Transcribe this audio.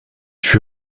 fut